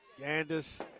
Gandis